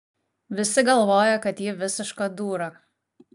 visi galvoja kad ji visiška dūra